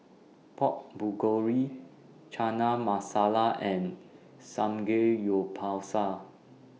Pork Bulgori Chana Masala and Samgeyopsal